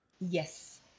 Yes